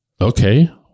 Okay